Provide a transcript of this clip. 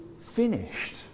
finished